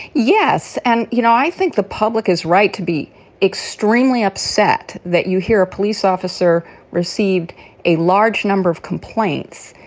yes. and, you know, i think the public is right to be extremely upset that you hear a police officer received a large number of complaints,